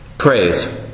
Praise